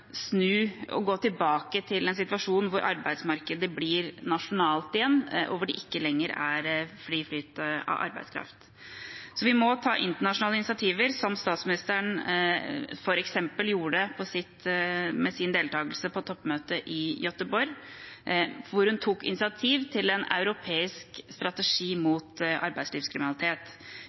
snu og gå tilbake til en situasjon hvor arbeidsmarkedet blir nasjonalt igjen, og hvor det ikke lenger er fri flyt av arbeidskraft. Vi må ta internasjonale initiativer, slik statsministeren f.eks. gjorde med sin deltakelse på toppmøtet i Gøteborg, hvor hun tok initiativ til en europeisk strategi mot arbeidslivskriminalitet.